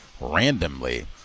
randomly